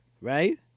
right